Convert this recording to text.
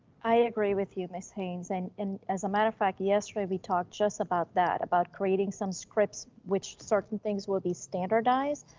i agree with you ms. haynes. and and as a matter of fact, yesterday, we talked just about that, about creating some scripts, which certain things will be standardized,